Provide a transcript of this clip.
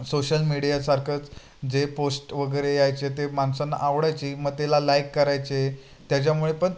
social मीडियासारखंच जे post वगैरे यायचे ते माणसांना आवडायचे मग त्याला लाईक करायचे त्याच्यामुळे पण